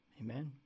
Amen